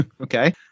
Okay